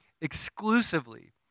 exclusively